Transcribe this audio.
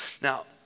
Now